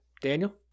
Daniel